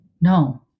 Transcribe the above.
No